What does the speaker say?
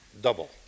double